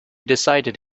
decided